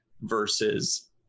versus